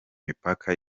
mipaka